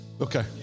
Okay